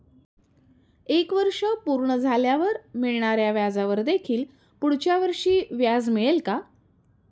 एक वर्ष पूर्ण झाल्यावर मिळणाऱ्या व्याजावर देखील पुढच्या वर्षी व्याज मिळेल का?